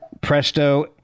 presto